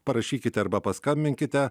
parašykite arba paskambinkite